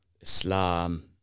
Islam